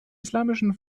islamischen